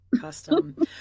Custom